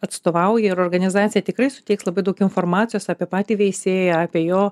atstovauja ir organizacija tikrai suteiks labai daug informacijos apie patį veisėją apie jo